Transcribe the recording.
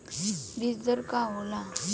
बीज दर का होला?